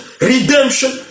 redemption